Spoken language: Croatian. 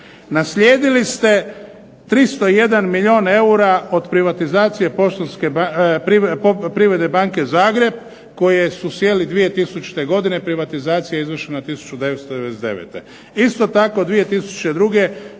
Naslijedili ste 301 milijun eura od privatizacije Privredne banke Zagreb koje su sjeli 2000-te godine privatizacija je izvršena 1999. Isto tako 2002. ste